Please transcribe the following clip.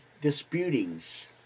disputings